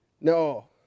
No